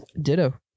Ditto